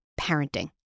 parenting